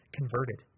converted